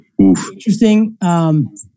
Interesting